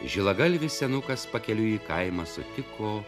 žilagalvis senukas pakeliui į kaimą sutiko